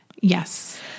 Yes